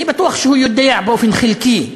אני בטוח שהוא יודע באופן חלקי,